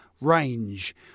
range